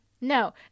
no